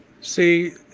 See